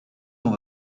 dans